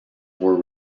were